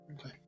Okay